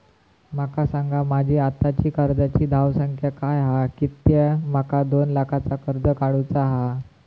माका सांगा माझी आत्ताची कर्जाची धावसंख्या काय हा कित्या माका दोन लाखाचा कर्ज काढू चा हा?